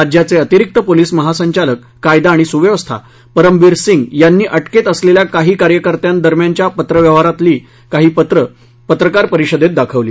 राज्याचे अतिरिक्त पोलिस महासंचालक कायदा आणि सुव्यवस्था परमबीर सिंग यांनी अटकेत असलेल्या काही कार्यकर्त्यांदरम्यानच्या पत्रव्यवहारामधली काही पत्रे पत्रकार परिषदेत दाखवली